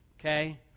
Okay